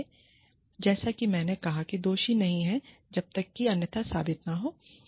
जैसा कि मैंने कहा कि दोषी नहीं है जब तक कि अन्यथा साबित न हो